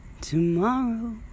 Tomorrow